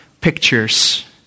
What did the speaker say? pictures